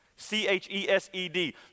C-H-E-S-E-D